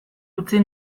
utzi